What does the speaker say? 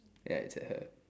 ya it's a her